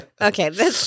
Okay